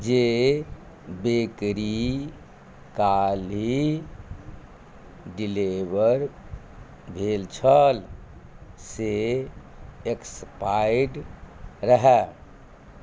जे बेकरी काल्हि डिलीवर भेल छल से एक्सपायर्ड रहै